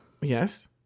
Yes